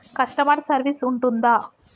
Customer service ఉంటుందా?